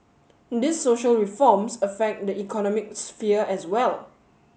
these social reforms affect the economic sphere as well